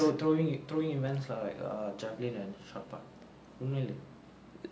throwing throwing events like like err javelin and shot put உண்மைலே:unmailae